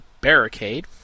Barricade